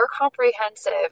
comprehensive